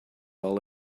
all